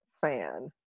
fan